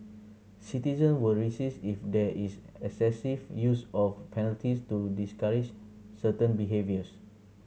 citizen will resist if there is excessive use of penalties to discourage certain behaviours